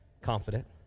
confident